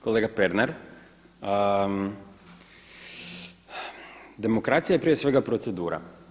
Kolega Pernar, demokracija je prije svega procedura.